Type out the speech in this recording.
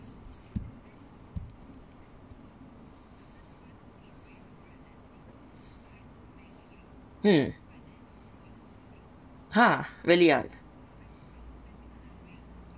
mm ha really [ah}